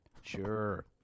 Sure